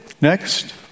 Next